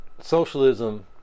socialism